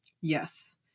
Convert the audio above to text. Yes